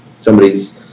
somebody's